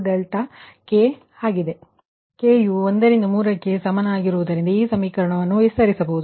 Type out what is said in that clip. K U 1 ರಿಂದ 3 ಕ್ಕೆ ಸಮನಾಗಿರುವುದರಿಂದ ಈ ಸಮೀಕರಣವನ್ನು ವಿಸ್ತರಿಸಬಹುದು